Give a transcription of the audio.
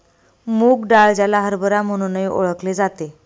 मूग डाळ, ज्याला हरभरा म्हणूनही ओळखले जाते